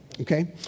okay